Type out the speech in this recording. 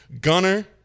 Gunner